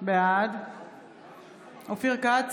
בעד אופיר כץ,